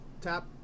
Tap